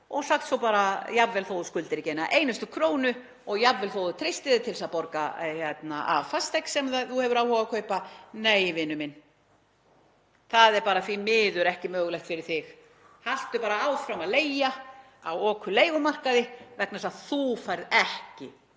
og segja svo, jafnvel þótt þú skuldir ekki eina einustu krónu og jafnvel þótt þú treystir þér til að borga af fasteign sem þú hefur áhuga á að kaupa: Nei, vinur minn, það er bara því miður ekki mögulegt fyrir þig. Haltu bara áfram að leigja á okurleigumarkaði vegna þess að þú færð ekki